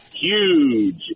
huge